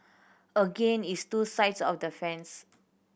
again it's two sides of the fence